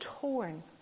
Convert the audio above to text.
torn